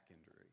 injury